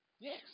Yes